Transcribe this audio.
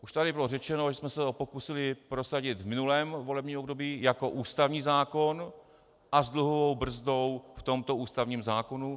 Už tady bylo řečeno, že jsme se to pokusili prosadit v minulém volebním období jako ústavní zákon a s dluhovou brzdou v tomto ústavním zákoně.